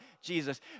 Jesus